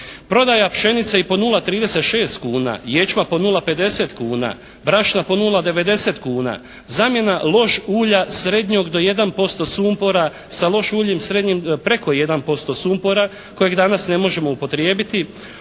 Prodaja pšenice i po 0,36 kuna, ječma po 0,50 kuna, brašna po 0,90 kuna, zamjena lož ulja srednjog do 1% sumpora sa lož uljem srednjim preko 1% sumpora kojeg danas ne možemo upotrijebiti,